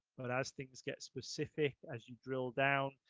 but as things get specific, as you drill down,